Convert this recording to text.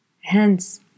Hence